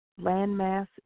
landmass